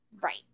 Right